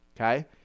Okay